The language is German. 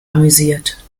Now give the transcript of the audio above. amüsiert